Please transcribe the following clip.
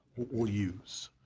will use.